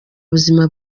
buzima